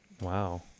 Wow